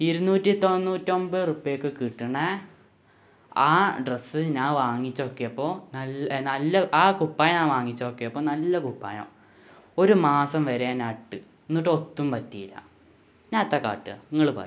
ഇരുന്നൂറ്റി തൊണ്ണൂറ്റി ഒന്പത് ഉറുപ്പ്യക്ക് കിട്ടണേ ആ ഡ്രെസ്സ് ഞാന് വാങ്ങിച്ചുനോക്കിയപ്പോള് ആ കുപ്പായം വാങ്ങിച്ചുനോക്കിയപ്പോള് നല്ല കുപ്പായം ഒരു മാസം വരെ ഞാന് ഇട്ടു എന്നിട്ടൊത്തും പറ്റിയില്ല ഞാനെന്താണു കാട്ടുക നിങ്ങള് പറയൂ